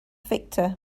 victor